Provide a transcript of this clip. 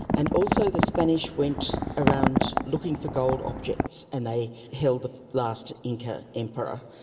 and also the spanish went around looking for gold objects and they held the last inca emperor,